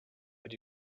but